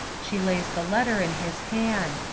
she lays the letter in his hand.